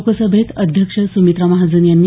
लोकसभेत अध्यक्ष सुमित्रा महाजन यांनी